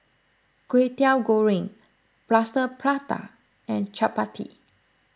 Kway Teow Goreng Plaster Prata and Chappati